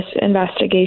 investigation